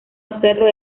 hacerlo